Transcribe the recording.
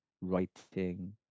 writing